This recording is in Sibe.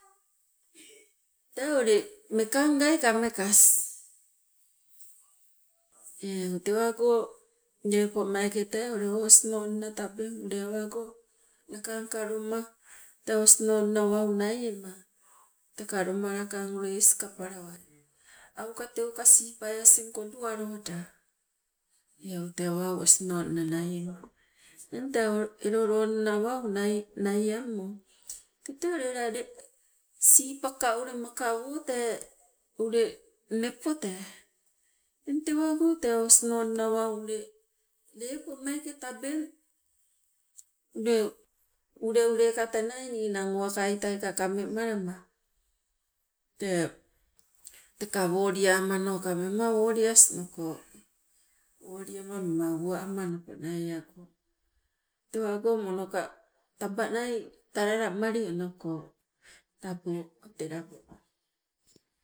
Tee ule mekangai kamekas eu tewago lepo meeke tee o osinonna wau tabeng ule awago lakangka loma tee osinonna wau naiema, tee ka loma lakang ule iskapalawai, auka teuka sipai asing koduwaloda eu tee wau osinonna naiema. Eng tee elo loonna wau naiammo tete ule lale sipaka ule maka woo tee ule nepo tee, eng tewago tee o osinonna wau ule lepo meeke tabeng. Ule ulei ka ninang uwakaitai ka kamemalama, tee teka woliamanoka mema wolias noko, woliama mema uwa ama naiago tewago mono ka tabanai talalamali onoko. Tabo te labo.